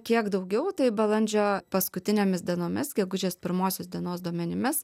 kiek daugiau tai balandžio paskutinėmis dienomis gegužės pirmosios dienos duomenimis